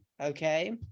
okay